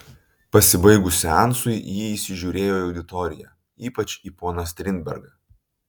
pasibaigus seansui ji įsižiūrėjo į auditoriją ypač į poną strindbergą